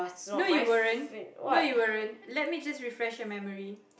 no you weren't no you weren't let me just refresh your memory